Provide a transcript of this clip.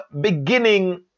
beginning